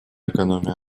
экономия